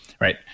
right